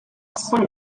aspoň